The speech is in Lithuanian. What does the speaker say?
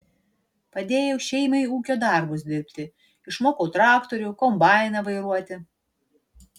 padėjau šeimai ūkio darbus dirbti išmokau traktorių kombainą vairuoti